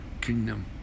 kingdom